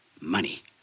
Money